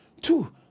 Two